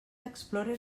explorer